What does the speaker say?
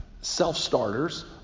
self-starters